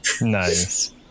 nice